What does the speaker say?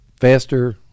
faster